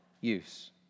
use